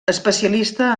especialista